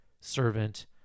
servant